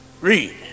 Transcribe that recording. Read